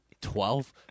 Twelve